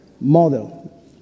model